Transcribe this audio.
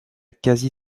quasi